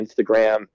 Instagram